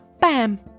Bam